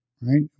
right